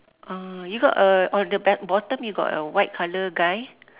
uh you got a on at the bottom you got a white colour guy